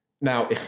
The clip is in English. Now